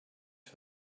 for